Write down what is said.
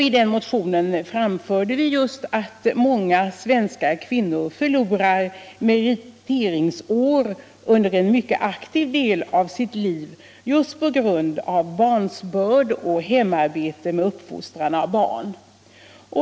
I den motionen framhöll vi att många svenska kvinnor förlorar meriteringsår under en mycket aktiv del av sitt liv just på grund av barnsbörd och hemarbete med uppfostran av barn.